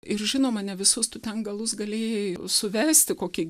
ir žinoma ne visus tu ten galus galėjai suvesti kokį